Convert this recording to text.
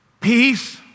Peace